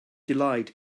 delight